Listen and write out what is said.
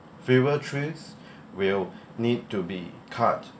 fewer trees will need to be cut